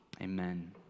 amen